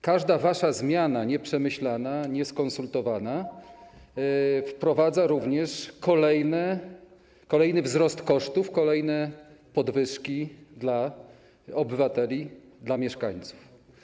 Każda wasza zmiana, nieprzemyślana, nieskonsultowana, wprowadza również kolejny wzrost kosztów, kolejne podwyżki dla obywateli, dla mieszkańców.